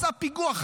עשה פיגוע,